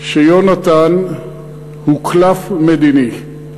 שיונתן הוא קלף מדיני.